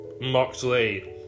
Moxley